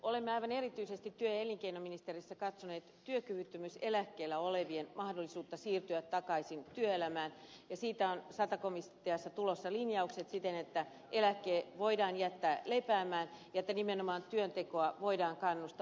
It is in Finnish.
olemme aivan erityisesti työ ja elinkeinoministeriössä katsoneet työkyvyttömyyseläkkeellä olevien mahdollisuutta siirtyä takaisin työelämään ja siitä on sata komiteasta tulossa linjaukset siten että eläke voidaan jättää lepäämään ja että nimenomaan työntekoa voidaan kannustaa